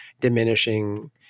diminishing